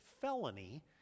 felony